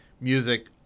music